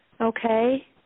okay